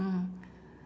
mm